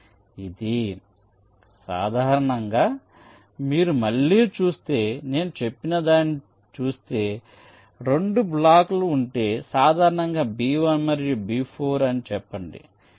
కాబట్టి సాధారణంగా మీరు మళ్ళీ చూస్తే నేను చెప్పినదానిని చూస్తే ఇలాంటి రెండు బ్లాక్లు ఉంటే సాధారణంగా B1 మరియు B4 అని చెప్పండి